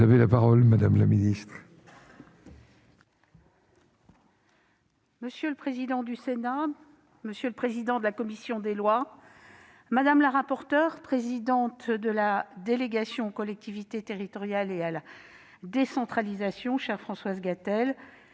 générale, la parole est à Mme la ministre. Monsieur le président, monsieur le président de la commission des lois, madame la rapporteure, présidente de la délégation sénatoriale aux collectivités territoriales et à la décentralisation, chère Françoise Gatel,